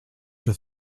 for